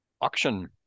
auction